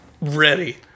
Ready